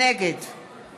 נגד